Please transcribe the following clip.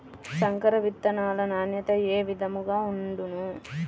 సంకర విత్తనాల నాణ్యత ఏ విధముగా ఉండును?